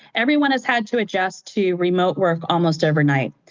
everyone has had to adjust to remote work almost overnight.